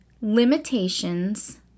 limitations